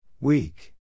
Weak